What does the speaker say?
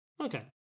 Okay